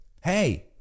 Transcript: Hey